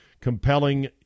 compelling